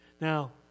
Now